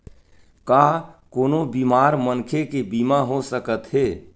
का कोनो बीमार मनखे के बीमा हो सकत हे?